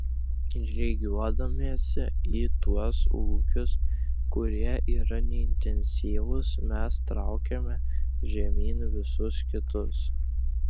lygiuodamiesi į tuos ūkius kurie yra neintensyvūs mes traukiame žemyn visus kitus